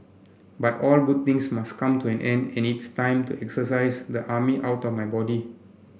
but all good things must come to an end and it's time to exorcise the army outta my body